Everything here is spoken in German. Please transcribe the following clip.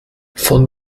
von